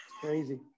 crazy